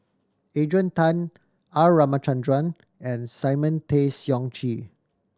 Adrian Tan R Ramachandran and Simon Tay Seong Chee